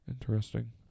Interesting